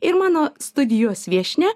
ir mano studijos viešnia